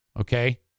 Okay